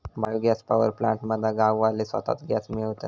bio gas power plant मधना गाववाले स्वताच गॅस मिळवतत